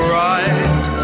right